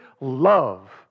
love